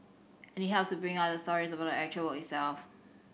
and it helps to bring out the stories about the actual work itself